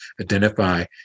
identify